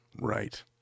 Right